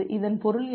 இதன் பொருள் என்ன